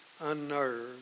unnerved